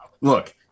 look